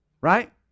Right